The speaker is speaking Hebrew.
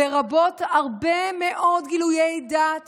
לרבות הרבה מאוד גילויי דעת